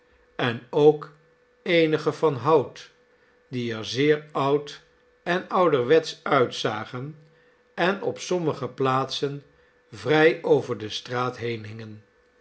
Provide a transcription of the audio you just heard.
en ook eenigen van hout die er zeer oud en ouderwetsch uitzagen en op sommige plaatsen vrij over de straat